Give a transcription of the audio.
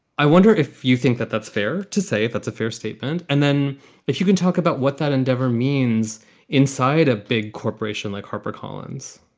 i wonder if you think that that's fair to say. that's a fair statement. and then if you can talk about what that endeavor means inside a big corporation like harpercollins